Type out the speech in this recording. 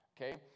okay